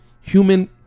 human